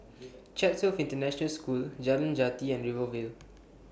Chatsworth International School Jalan Jati and Rivervale